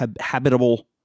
habitable